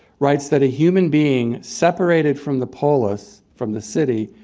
writes that a human being, separated from the polis, from the city,